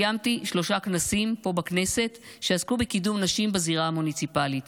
קיימתי שלושה כנסים פה בכנסת שעסקו בקידום נשים בזירה המוניציפלית,